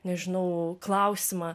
nežinau klausimą